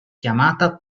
chiamata